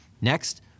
Next